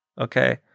Okay